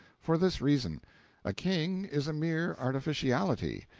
for this reason a king is a mere artificiality,